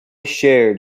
shared